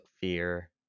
fear